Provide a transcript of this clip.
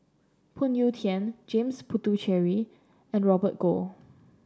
Phoon Yew Tien James Puthucheary and Robert Goh